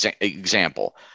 example